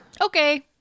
Okay